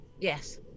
Yes